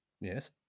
Yes